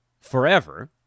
forever